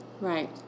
Right